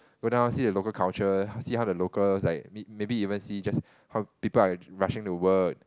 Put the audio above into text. go down see the local culture see how the locals like maybe even just see how people are rushing to work